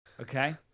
Okay